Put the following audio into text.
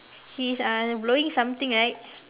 he is uh blowing something right